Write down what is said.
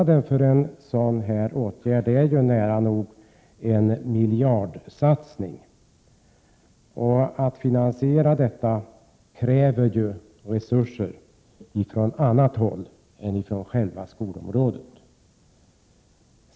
Det är nära nog en miljardsatsning, vars finansiering kräver resurser från annat håll än från själva skolområdet.